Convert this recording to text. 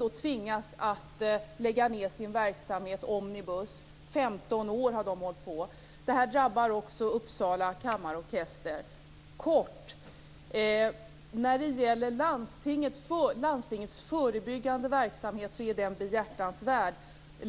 år - tvingas att lägga ned sin verksamhet. Det här drabbar också Uppsala kammarorkester. Kort: Landstingets förebyggande verksamhet är behjärtansvärd.